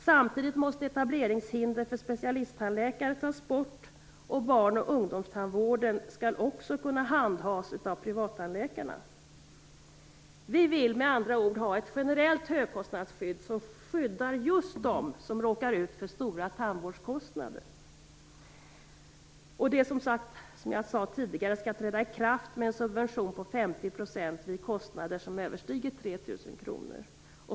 Samtidigt måste etableringshindret för specialisttandläkare tas bort. Barnoch ungdomstandvården skall också kunna handhas av privattandläkare. Vi vill med andra ord ha ett generellt högkostnadsskydd som skyddar just dem som råkar ut för stora tandvårdskostnader. Som jag sade tidigare skall detta träda i kraft med en subvention på 50 % vid kostnader som överstiger 3 000 kr.